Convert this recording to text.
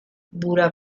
dura